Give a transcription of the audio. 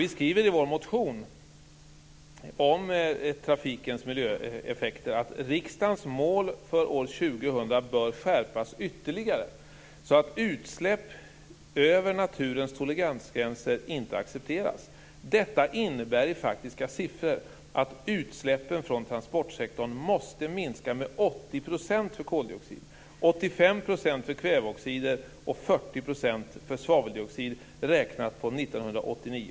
Vi skriver i vår motion om trafikens miljöeffekter: "Riksdagens mål för år 2000 bör skärpas ytterligare så att utsläpp över naturens toleransgränser inte accepteras. Detta innebär i faktiska siffror att utsläppen från transportsektorn måste minska med 80 procent för koldioxid, 85 procent för kväveoxider och 40